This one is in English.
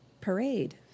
parade